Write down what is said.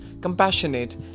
compassionate